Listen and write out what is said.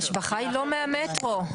ההשבחה היא לא מהמטרו,